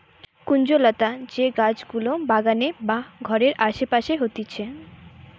কুঞ্জলতা যে গাছ গুলা বাগানে বা ঘরের আসে পাশে হতিছে